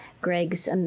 Greg's